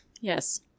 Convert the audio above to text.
Yes